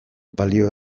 balio